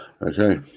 Okay